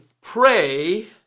pray